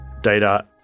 data